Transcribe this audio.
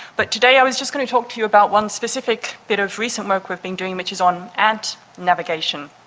but today i was just going to talk to you about one specific bit of recent work we've been doing which is on ant navigation.